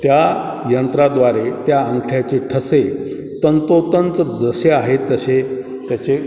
त्या यंत्राद्वारे त्या अंगठ्याचे ठसे तंतोतंत जसे आहेत तसे त्याचे